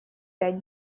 пять